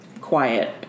quiet